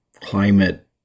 climate